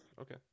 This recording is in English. Okay